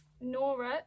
Nora